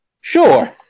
sure